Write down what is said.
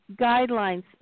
guidelines